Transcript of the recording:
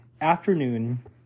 afternoon